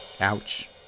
Ouch